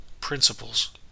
principles